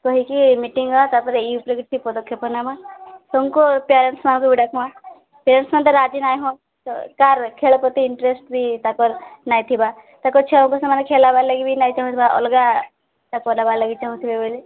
କହି କି ମଟିଂ ହେବା ତାପରେ ଏହି ଉପରେ ବି ପଦକ୍ଷେପ ନେବା ସମସ୍ତଙ୍କୁ ପାରେଣ୍ଟସ୍ମାନଙ୍କୁ ଡ଼ାକିମାଁ ପାରେଣ୍ଟସ୍ମାନେ ରାଜି ନାଇ ହତ କାର୍ ଖେଲ ପ୍ରତି ଇଣ୍ଟରେଷ୍ଟ ବି ତାଙ୍କର୍ ନାଇଁ ଥିବା ତାଙ୍କର ଛୁଆମାନେ ଖେଲ ବେଲେ ବି ନାଇଁ ଥିବା ଅଲଗା କରାବା ଲାଗି ଚାହୁଁଥିବେ ବୋଲେ